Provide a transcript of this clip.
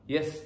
Yes